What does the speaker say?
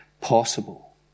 possible